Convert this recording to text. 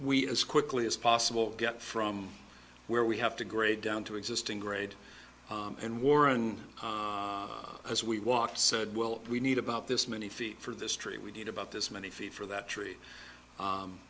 we as quickly as possible get from where we have to grade down to existing grade and warren as we walked said will we need about this many feet for this tree we need about this many feet for that tree